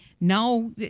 now